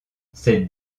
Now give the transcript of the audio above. cette